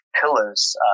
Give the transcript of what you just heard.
pillars